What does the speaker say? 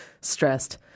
stressed